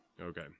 Okay